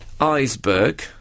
Iceberg